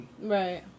Right